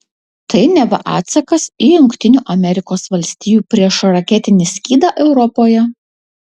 tai neva atsakas į jungtinių amerikos valstijų priešraketinį skydą europoje